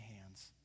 hands